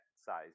size